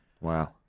Wow